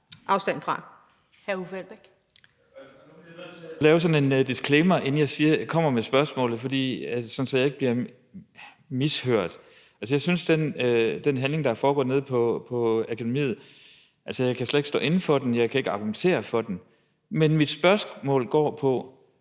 sådan en disclaimer, inden jeg kommer med spørgsmålet, sådan at jeg ikke bliver mishørt. Altså, den handling, der er foregået på akademiet, kan jeg slet ikke stå inde for, og jeg kan ikke argumentere for den. Men mit spørgsmål går på,